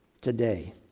today